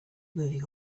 moving